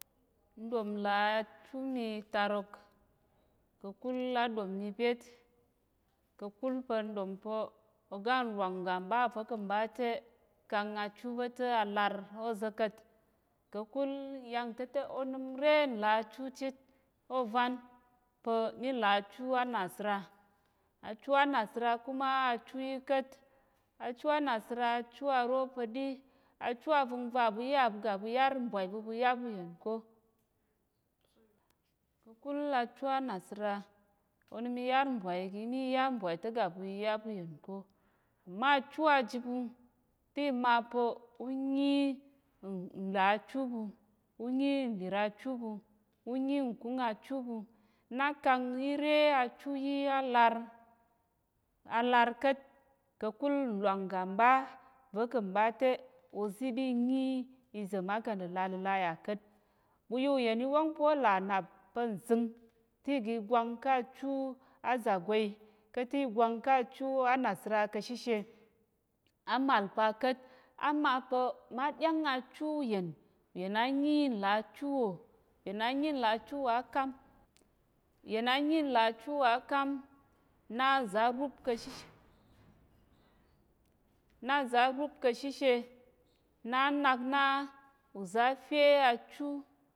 N ɗom nlà achu mi itarok ka̱kul á ɗom mi byét, ka̱kul pa̱ n ɗom pa̱ oga nlwàk ngga mɓa va̱ kà̱ mɓa te kang achu va̱ ta̱ a lar ka̱ ôza̱ ka̱t, ka̱kul ǹyang ta̱ te onəm re nlà achu chit ôvan pa̱ mí là achu ánasəra, achu ánasəra kuma achu yi ka̱t achu ánasəra achu aro pa̱ ɗi achu avəngva ɓu iyà ɓu ga ɓu yar mbwai ɓu, ɓu yáp ûyen ko. ka̱kul achu ánasəra onəm i yar mbwai yar mbwai te ga ɓu yáp ûyen ko, à má achu aji ɓu ti i ma pa̱ ú nyi nlà achu ɓu, ú nyi nlir achu ɓu, ú nyi nkúng achu ɓu, na kang í re achu yi á lar, a lar ka̱t. Ka̱kul nlwak ngga mɓa va̱ kà̱ mɓa te ozi ɓi nyi iza̱ mmá kà̱ nla̱lala̱la yà ka̱t. Ɓu ya uyen i wóng pa̱ ô là nnap pa̱ nzəng te i ga i gwang ká̱ achu azagwai ka̱t te i gwang ká̱ achu ánasəra ka̱ shishe, á màl pa ka̱t á ma pa̱ mma ɗyáng achu ûyen, uyen á nyi nlà achu wò, uyen á nyi nlà achu wò á kám, uyen á nyi nlà achu wò á kám na uza̱ rúp ka̱ shi na uza̱ rúp ka̱ shishe na á nak na uza̱ á fe achu.